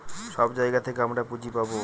সব জায়গা থেকে আমরা পুঁজি পাবো